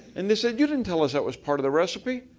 and they said you didn't tell us that was part of the recipe.